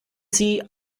sie